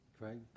Craig